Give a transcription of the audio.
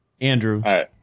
Andrew